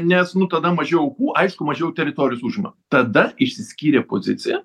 nes nu tada mažiau aukų aišku mažiau teritorijos užima tada išsiskyrė pozicija